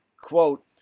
quote